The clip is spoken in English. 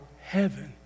heaven